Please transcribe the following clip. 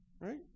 right